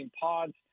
pods